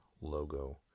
logo